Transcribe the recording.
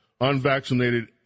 unvaccinated